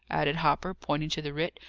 added hopper, pointing to the writ,